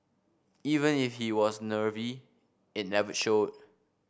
even if he was nervy it never showed